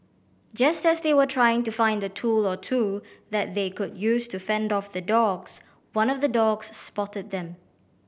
just as they were trying to find a tool or two that they could use to fend off the dogs one of the dogs spotted them